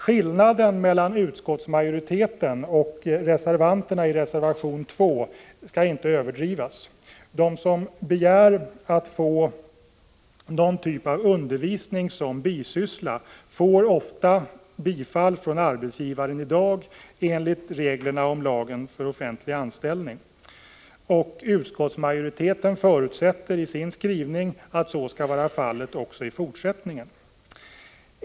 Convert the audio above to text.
Skillnaden mellan utskottsmajoriteten och reservanterna i reservation 2 skall inte överdrivas. De forskare som i dag begär att få ha undervisning som bisyssla får ofta tillstånd från arbetsgivaren enligt reglerna i lagen om offentlig anställning. Utskottsmajoriteten förutsätter i sin skrivning att så skall vara fallet även i fortsättningen.